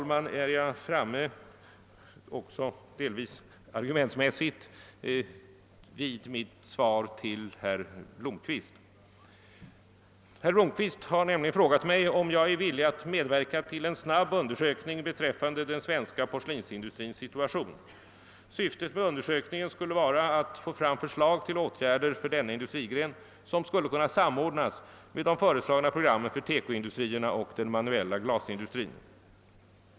Därmed är jag, herr talman, delvis också argumentsmässigt framme vid mitt svar till herr Blomkvist. Herr Blomkvist har nämligen frågat mig, om jag är villig att medverka till en snabb undersökning beträffande den svenska = porslinsindustrins situation. Syftet med undersökningen skulle vara att få fram förslag till åtgärder för denna industrigren som skulle kunna samordnas med de föreslagna programmen för TEKO-industrierna och den manuella glasindustrin.